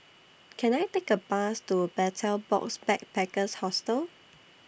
Can I Take A Bus to Betel Box Backpackers Hostel